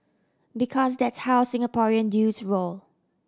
because that's how Singaporean dudes roll